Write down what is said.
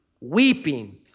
weeping